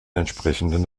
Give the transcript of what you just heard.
entsprechenden